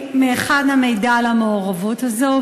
אדוני, מהיכן המידע על המעורבות הזאת?